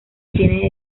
tiene